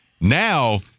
Now